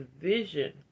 vision